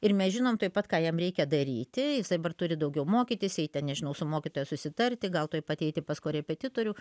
ir mes žinom tuoj pat ką jam reikia daryti jis dabar turi daugiau mokytis eit ten nežinau su mokytoja susitarti gal tuoj pat eiti pas korepetitorių